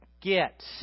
Get